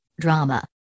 drama